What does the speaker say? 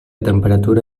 temperatura